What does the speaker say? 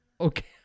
Okay